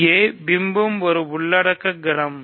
இங்கே பிம்பம் ஒரு உள்ளடக்க கணம்